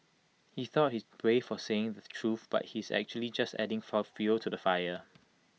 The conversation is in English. he thought he's brave for saying the truth but he's actually just adding fuel to the fire